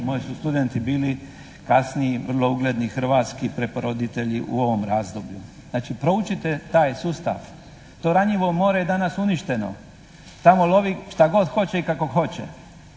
Moji su studenti bili kasnije vrlo ugledni hrvatski preporoditelji u ovom razdoblju. Znači proučite taj sustav. To ranjivo more je danas uništeno. Tamo lovi šta god hoće i kako hoće.